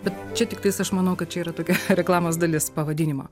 bet čia tiktais aš manau kad čia yra tokia reklamos dalis pavadinimo